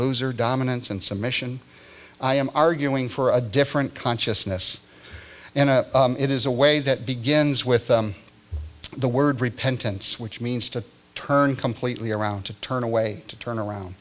loser dominance and submission i am arguing for a different consciousness and it is a way that begins with the word repentance which means to turn completely around to turn away to turn around